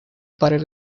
buried